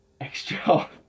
extra